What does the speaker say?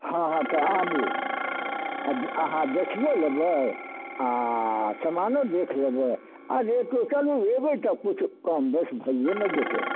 हँ हँ तऽ आबू आ अहाँ देखियो लेबै आ समानो देख लेबै आ रेटो चलू अयबै तऽ किछु कम बेस भइये ने जेतै